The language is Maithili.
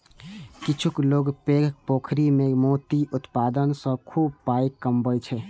किछु लोक पैघ पोखरि मे मोती उत्पादन सं खूब पाइ कमबै छै